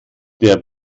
der